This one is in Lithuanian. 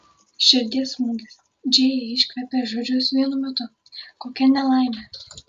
širdies smūgis džėja iškvėpė žodžius vienu metu kokia nelaimė